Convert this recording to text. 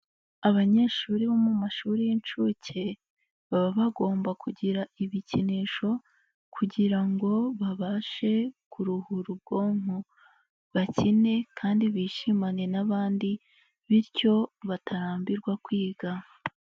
Abanyeshuri bo mu mashuri y'inshuke baba bagomba kugira ibikinisho kugira ngo babashe kuruhura ubwonko, bakine kandi bishimane n'abandi bityo batarambirwa kwiga.